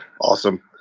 awesome